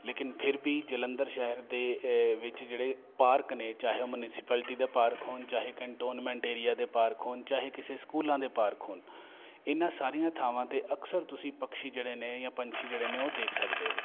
ਲੇਕਿਨ ਫਿਰ ਵੀ ਜਲੰਧਰ ਸ਼ਹਿਰ ਦੇ ਵਿੱਚ ਜਿਹੜੇ ਪਾਰਕ ਨੇ ਚਾਹੇ ਉਹ ਮਿਊੰਸਪੈਲਟੀ ਦੇ ਪਾਰਕ ਹੋਣ ਚਾਹੇ ਕੈਂਟੋਨਮੈਂਟ ਏਰੀਆ ਦੇ ਪਾਰਕ ਹੋਣ ਚਾਹੇ ਕਿਸੇ ਸਕੂਲਾਂ ਦੇ ਪਾਰਕ ਹੋਣ ਇਹਨਾਂ ਸਾਰੀਆਂ ਥਾਵਾਂ 'ਤੇ ਅਕਸਰ ਤੁਸੀਂ ਪਕਸ਼ੀ ਜਿਹੜੇ ਨੇ ਜਾਂ ਪੰਛੀ ਜਿਹੜੇ ਨੇ ਉਹ ਦੇਖ ਸਕਦੇ ਹੋ